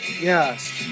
Yes